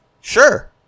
Sure